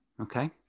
okay